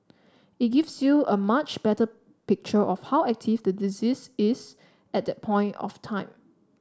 it gives you a much better picture of how active the disease is at that point of time